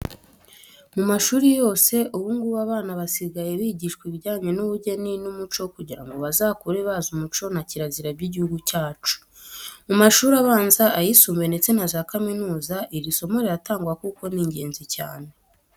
Mu mashuri yose ubu ngubu abana basigaye bigishwa ibijyanye n'ubugeni n'umuco kugira ngo bazakure bazi umuco na kirazira by'igihugu cyacu. Mu mashuri abanza, ayisumbuye ndetse na za kaminuza iri somo riratangwa kuko ni ingenzi cyane.